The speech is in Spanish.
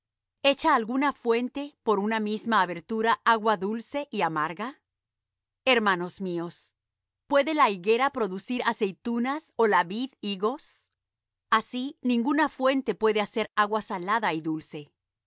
echa alguna fuente por una misma abertura agua dulce y amarga hermanos míos puede la higuera producir aceitunas ó la vid higos así ninguna fuente puede hacer agua salada y dulce